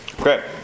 Okay